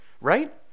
Right